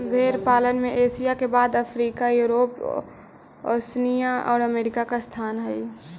भेंड़ पालन में एशिया के बाद अफ्रीका, यूरोप, ओशिनिया और अमेरिका का स्थान हई